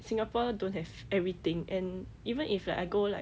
singapore don't have everything and even if like I go like